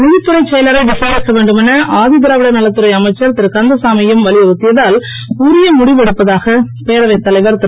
நிதித்துறைச் செயலரை விசாரிக்க வேண்டுமென ஆதி திராவிடர் நலத்துறை அமைச்சர் திருகந்தசாமி யும் வலியுறுத்தியதால் உரிய முடிவு எடுப்பதாக பேரவைத் தலைவர் திரு